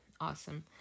awesome